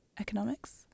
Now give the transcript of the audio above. Economics